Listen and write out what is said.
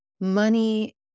money